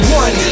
one